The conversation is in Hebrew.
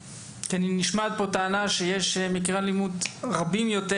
נשמעה פה טענה שיש מקרי אלימות רבים יותר